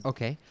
Okay